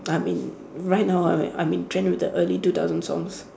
I mean right now I'm at I'm in trend with the early two thousands songs